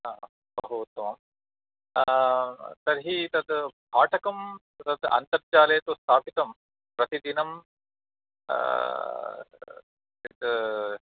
ओ हो बहु उत्तमं तर्हि तत् भाटकं तत् अन्तर्जाले तु स्थापितं प्रतिदिनम्